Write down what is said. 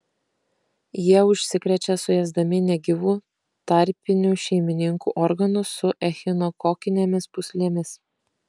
jie užsikrečia suėsdami negyvų tarpinių šeimininkų organus su echinokokinėmis pūslėmis